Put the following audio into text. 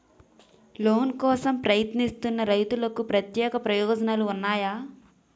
Loan కోసం ప్రయత్నిస్తున్న రైతులకు ప్రత్యేక ప్రయోజనాలు ఉన్నాయా?